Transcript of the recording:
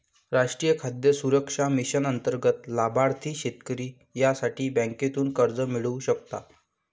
राष्ट्रीय खाद्य सुरक्षा मिशन अंतर्गत लाभार्थी शेतकरी यासाठी बँकेतून कर्ज मिळवू शकता